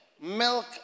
Milk